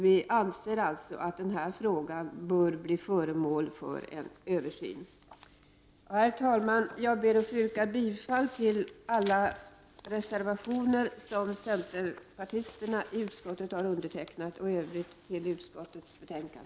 Vi anser att denna fråga bör bli föremål för en översyn. Herr talman! Jag ber att få yrka bifall till alla reservationer som centerpartisterna i utskottet står bakom och i övrigt till utskottets hemställan.